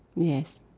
yes